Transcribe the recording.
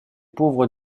pauvres